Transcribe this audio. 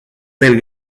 del